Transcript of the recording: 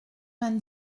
vingt